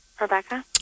Rebecca